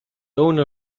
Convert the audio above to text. owner